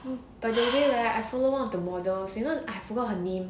by the way ah I follow one of the models you know I forgot her name